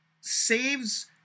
saves